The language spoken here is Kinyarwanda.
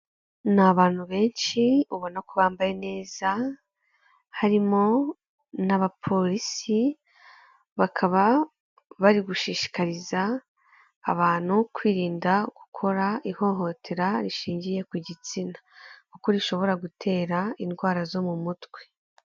Ni abantu benshi ubona ko bambaye neza harimo n'abapolisi, bakaba bari gushishikariza abantu kwirinda gukora ihohotera rishingiye ku gitsina. Kuko rishobora gutera indwara zo mu mutwe.